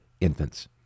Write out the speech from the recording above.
infants